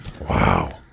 wow